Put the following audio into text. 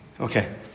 Okay